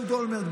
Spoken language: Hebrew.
אהוד אולמרט,